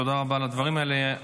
תודה רבה על הדברים האלה.